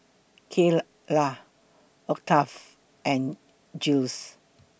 Kyla Octave and Giles